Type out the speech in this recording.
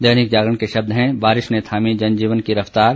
दैनिक जागरण के शब्द है बारिश ने थामी जनजीवन की रफ़्तार